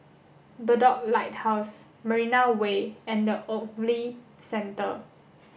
Bedok Lighthouse Marina Way and the Ogilvy Centre